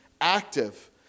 active